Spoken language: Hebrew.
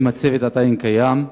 האם הצוות עדיין קיים?